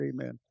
Amen